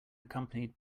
accompanied